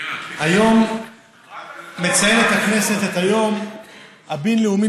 היום מציינת הכנסת את היום הבין-לאומי